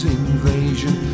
invasion